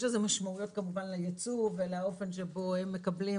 יש לזה כמובן משמעויות לייצוא ולאופן שבו הם מקבלים